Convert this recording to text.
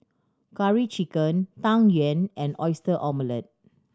Curry Chicken Tang Yuen and Oyster Omelette